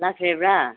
ꯂꯥꯛꯈ꯭ꯔꯦꯕ꯭ꯔꯥ